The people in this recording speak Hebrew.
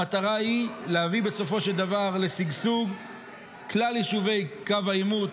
המטרה היא להביא בסופו של דבר לשגשוג כלל יישובי קו העימות,